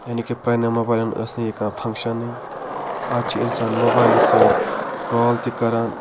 یعنی کہ پرانیَن موبایِلَن ٲس نہٕ یہِ کانٛہہ فَنٛکشَنٕے از چھِ اِنسان موبایِلہٕ سۭتۍ کال تہِ کران